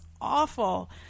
awful